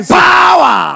power